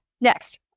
Next